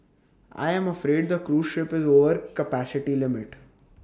I am afraid the cruise ship is over capacity limit